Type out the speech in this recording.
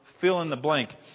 fill-in-the-blank